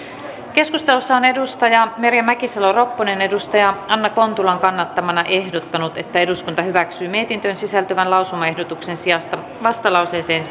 keskustelussa on merja mäkisalo ropponen anna kontulan kannattamana ehdottanut että eduskunta hyväksyy mietintöön sisältyvän lausumaehdotuksen sijasta vastalauseeseen